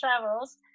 travels